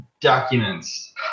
documents